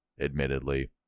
admittedly